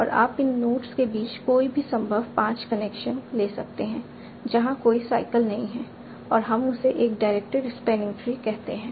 और आप इन नोड्स के बीच कोई भी संभव 5 कनेक्शन ले सकते हैं जहां कोई साइकल नहीं है और हम उसे एक डायरेक्टेड स्पैनिंग ट्री कहते हैं